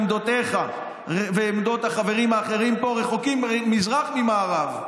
עמדותיך ועמדות החברים האחרים פה רחוקות כמזרח ממערב.